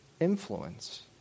influence